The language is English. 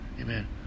amen